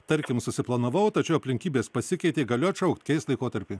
tarkim susiplanavau tačiau aplinkybės pasikeitė galiu atšaukt keist laikotarpį